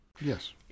Yes